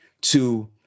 to-